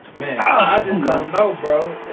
ah i just got to know bro.